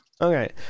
Okay